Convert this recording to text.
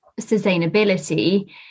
sustainability